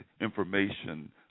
information